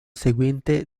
seguente